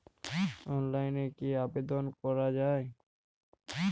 অনলাইনে কি আবেদন করা য়ায়?